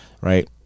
right